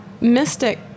mystic